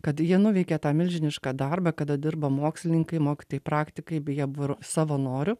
kad jie nuveikė tą milžinišką darbą kada dirba mokslininkai mokytojai praktikai beje buvo ir savanorių